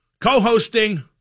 co-hosting